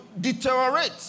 deteriorate